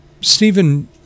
Stephen